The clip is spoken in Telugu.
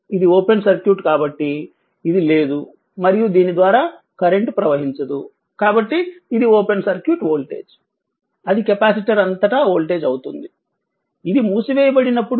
ఇది ఓపెన్ సర్క్యూట్ కాబట్టి ఇది లేదు మరియు దీని ద్వారా కరెంట్ ప్రవహించదు కాబట్టి ఇది ఓపెన్ సర్క్యూట్ వోల్టేజ్ అది కెపాసిటర్ అంతటా వోల్టేజ్ అవుతుంది ఇది మూసివేయబడినప్పుడు